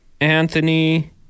Anthony